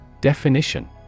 Definition